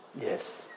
Yes